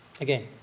again